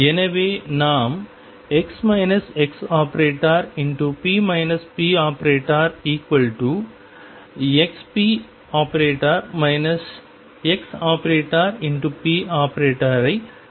எனவே நாம் ⟨x ⟨x⟩p ⟨p⟩⟩⟨xp⟩ ⟨x⟩⟨p⟩ ஐ கணக்கிட்டுள்ளோம்